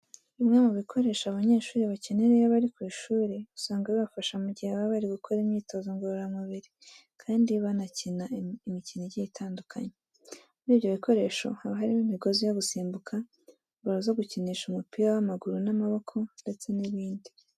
Bimwe mu bikoresho abanyeshuri bakenera iyo bari ku ishuri, usanga bibafasha mu gihe baba bari gukora imyitozo ngororamubiri kandi banakina imikino igiye itandukanye. Muri ibyo bikoresho haba harimo imigozi yo gusimbuka, baro zo gukinisha umupira w'amaguru n'amaboko ndetse n'ibindi.